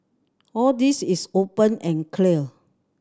all this is open and clear